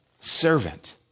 servant